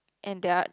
and there are